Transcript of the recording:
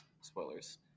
spoilers